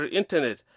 internet